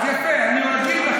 אז יפה, אני אומר לך.